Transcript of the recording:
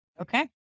Okay